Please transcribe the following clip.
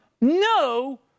no